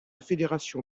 fédération